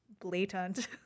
blatant